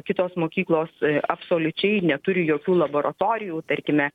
kitos mokyklos absoliučiai neturi jokių laboratorijų tarkime